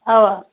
اَوا